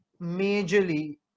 majorly